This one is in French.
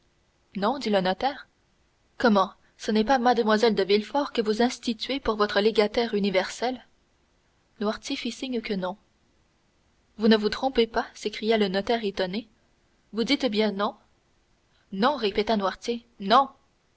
non dit le notaire comment ce n'est pas mlle valentine de villefort que vous instituez pour votre légataire universelle noirtier fit signe que non vous ne vous trompez pas s'écria le notaire étonné vous dites bien non non répéta noirtier non